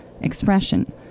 expression